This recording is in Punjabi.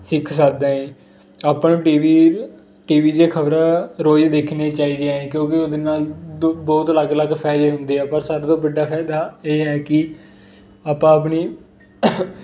ਸਿੱਖ ਸਕਦਾ ਏ ਆਪਾਂ ਨੂੰ ਟੀ ਵੀ ਟੀ ਵੀ ਦੀਆਂ ਖਬਰਾਂ ਰੋਜ਼ ਦੇਖਣੀਆਂ ਚਾਹੀਦੀਆਂ ਏ ਕਿਉਂਕਿ ਉਹਦੇ ਨਾਲ ਦ ਬਹੁਤ ਅਲੱਗ ਅਲੱਗ ਫਾਇਦੇ ਹੁੰਦੇ ਆ ਪਰ ਸਾਰਿਆਂ ਤੋਂ ਵੱਡਾ ਫਾਇਦਾ ਇਹ ਹੈ ਕਿ ਆਪਾਂ ਆਪਣੀ